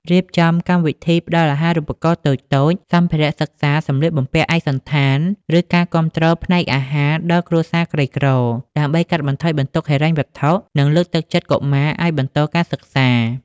រៀបចំកម្មវិធីផ្តល់អាហារូបករណ៍តូចៗ សម្ភារៈសិក្សា សម្លៀកបំពាក់ឯកសណ្ឋាន ឬការគាំទ្រផ្នែកអាហារដល់គ្រួសារក្រីក្រ ដើម្បីកាត់បន្ថយបន្ទុកហិរញ្ញវត្ថុ និងលើកទឹកចិត្តកុមារឱ្យបន្តការសិក្សា។